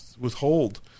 withhold